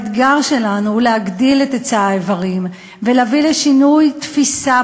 האתגר שלנו הוא להגדיל את היצע האיברים ולהביא לשינוי תפיסה